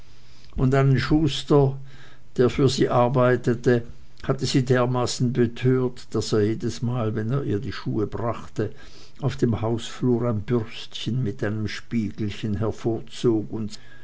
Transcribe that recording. und einen schuster der für sie arbeitete hatte sie dermaßen betört daß er jedesmal wenn er ihr schuhe brachte auf dem hausflur ein bürstchen mit einem spiegelchen hervorzog und